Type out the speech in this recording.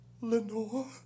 Lenore